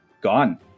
gone